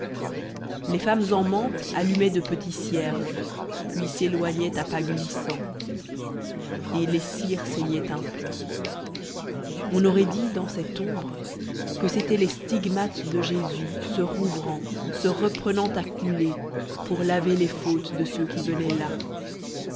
les femmes en mante allumaient de petits cierges puis s'éloignaient à pas glissants et les cires saignaient un peu on aurait dit dans cette ombre que c'étaient les stigmates de jésus se rouvrant se reprenant à couler pour laver les fautes de ceux qui venaient là